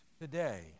today